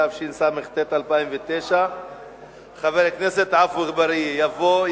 התשס"ט 2009. חבר הכנסת עפו אגבאריה יבוא,